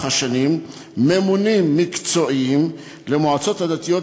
השנים ממונים מקצועיים למועצות הדתיות,